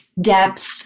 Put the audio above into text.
Depth